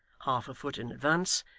half a foot in advance,